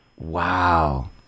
Wow